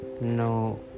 no